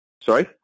Sorry